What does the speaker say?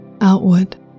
outward